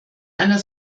einer